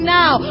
now